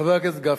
חבר הכנסת גפני,